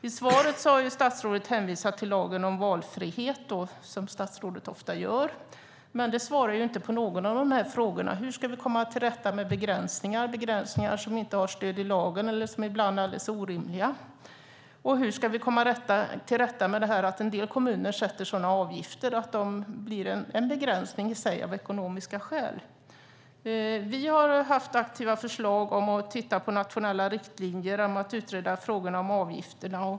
I svaret har statsrådet hänvisat till lagen om valfrihet, vilket statsrådet ofta gör. Det svarar dock inte på någon av frågorna: Hur ska vi komma till rätta med begränsningar som inte har stöd i lagen eller som ibland är alldeles orimliga? Hur ska vi komma till rätta med att en del kommuner sätter avgifter som i sig blir en begränsning av ekonomisk art? Vi har haft aktiva förslag om att titta på nationella riktlinjer och om att utreda frågan om avgifterna.